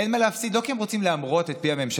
אין מה להפסיד לא כי הם רוצים להמרות את פי הממשלה,